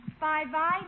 Bye-bye